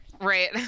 right